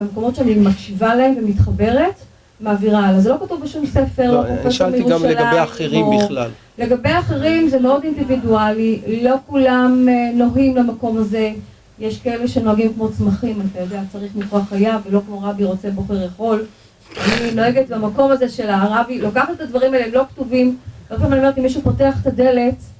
במקומות שאני מקשיבה להן ומתחברת, מעבירה הלאה. זה לא כותוב בשום ספר, זה פשוט מירושלים. לא, אני שאלתי גם לגבי אחרים בכלל. לגבי אחרים זה מאוד אינדיבידואלי, לא כולם נוהים למקום הזה. יש כאלה שנוהגים כמו צמחים, אתה יודע, צריך לקרוא חייו, ולא כמו רבי רוצה בוחר איכול. אני נוהגת במקום הזה של הרבי, לוקחת את הדברים האלה, הם לא כתובים. לפעמים אני אומרת, אם מישהו פותח את הדלת...